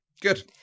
good